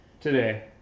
Today